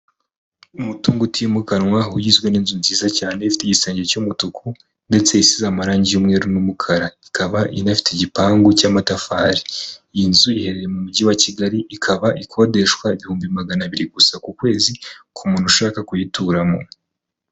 Umutungo utimukanwa ugizwe n'inzu nziza cyane ifite igisenge cy'umutuku ndetse isize amarangi y'umweru n'umukara, ikaba inafite igipangu cy'amatafari, iyi nzu iherereye mu mujyi wa Kigali, ikaba ikodeshwa ibihumbi magana abiri gusa ku kwezi ku muntu ushaka kuyituramo.